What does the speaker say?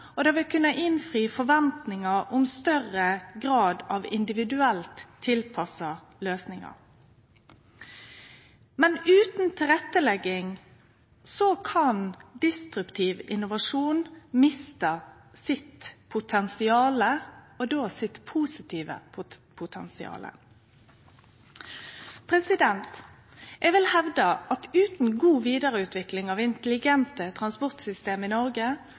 og det vil kunne innfri forventningar om større grad av individuelt tilpassa løysingar. Utan tilrettelegging kan disruptiv innovasjon miste sitt potensial, og då sitt positive potensial. Eg vil hevde at utan god vidareutvikling av intelligente transportsystem i Noreg